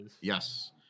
yes